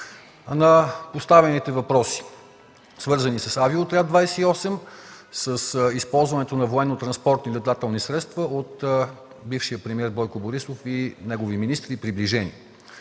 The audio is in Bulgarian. на поставените въпроси, свързани с „Авиоотряд 28”, с използването на военнотранспортни летателни средства от бившия премиер Бойко Борисов, негови министри и приближени.